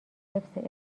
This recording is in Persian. حفظ